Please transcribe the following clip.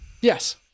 Yes